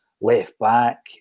left-back